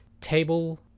table